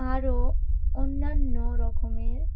আরও অন্যান্য রকমের